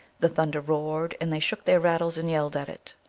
the thunder roared, and they shook their rattles and yelled at it.